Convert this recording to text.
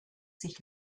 sich